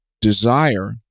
desire